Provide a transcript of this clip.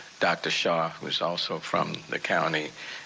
doctor shah was also from the county.